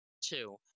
two